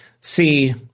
see